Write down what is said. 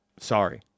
Sorry